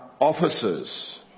officers